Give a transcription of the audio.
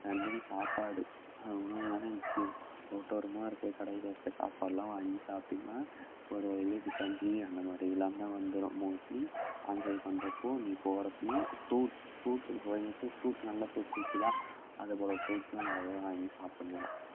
and then சாப்பாடு உணவுதானே முக்கியம் ரோட்டோரமாக இருக்க கடையில் இருக்க சாப்பாடெலாம் வாங்கி சாப்பிட்டின்னா போகிற வழியிலையே டிசன்ட்ரி அந்தமாதிரி இதெலாந்தான் வந்துடும் மோஸ்ட்லீ லாங் ட்ரைவ் பண்ணுறப்போ நீ போகிறப்பையே ஃப்ரூட்ஸ் ஃப்ரூட்ஸுக்கு போ எங்கேயாச்சும் ஃப்ரூட்ஸ் நல்ல ஃப்ரூட்ஸ் இருக்குதா அதைப்போல ஃப்ரூட்ஸ்லாம் நிறைய வாங்கி சாப்பிட்லாம்